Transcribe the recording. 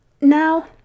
Now